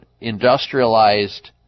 industrialized